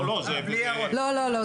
לא, לא.